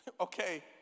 Okay